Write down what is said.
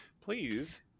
please